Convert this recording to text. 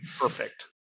perfect